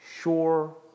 sure